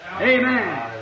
Amen